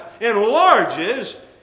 enlarges